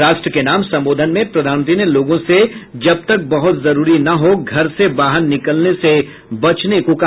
राष्ट्र के नाम सम्बोधन में प्रधानमंत्री ने लोगों से जब तक बहुत जरूरी न हो घर से बाहर निकलने से बचने को कहा